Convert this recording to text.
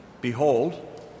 Behold